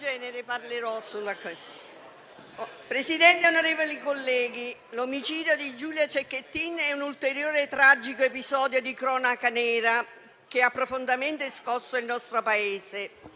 Presidente, onorevoli colleghi, l'omicidio di Giulia Cecchettin è un ulteriore tragico episodio di cronaca nera che ha profondamente scosso il nostro Paese.